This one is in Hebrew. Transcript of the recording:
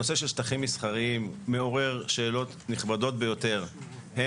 הנושא של שטחים מסחריים מעורר שאלות נכבדות ביותר.